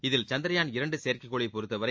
இதில் சந்த்ரயான் இரண்டு செயற்கைக்கோளை பொறுத்தவரை